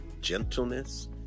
gentleness